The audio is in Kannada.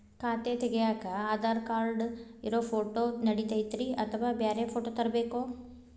ಖಾತೆ ತಗ್ಯಾಕ್ ಆಧಾರ್ ಕಾರ್ಡ್ ಇರೋ ಫೋಟೋ ನಡಿತೈತ್ರಿ ಅಥವಾ ಬ್ಯಾರೆ ಫೋಟೋ ತರಬೇಕೋ?